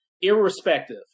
irrespective